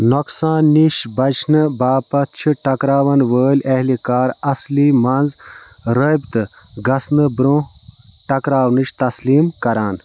نۄقصانہٕ نِش بچنہٕ باپتھ چھِ ٹکراوَن وٲلۍ اہلہِ کار اَصٕلی منٛز رٲبطہٕ گژھَنہٕ برٛونٛہہ ٹکراونٕچ تسلیٖم کَران